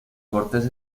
cortes